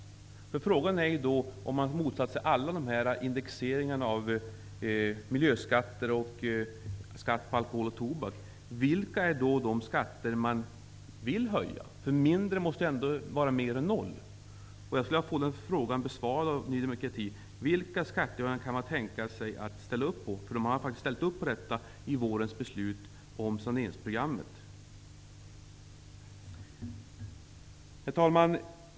Om man har motsatt sig alla indexeringar av miljöskatter och skatter på alkohol och tobak blir frågan: Vilka är då de skatter som ni vill höja? ''Mindre'' måste ju ändå var mer än noll. Jag skulle alltså vilja ha ett svar från Ny demokrati på följande fråga: Vilka skatter kan ni tänka er att ställa upp på -- det fanns faktiskt en uppslutning bakom detta i vårens beslut om saneringsprogrammet? Herr talman!